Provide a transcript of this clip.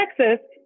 Texas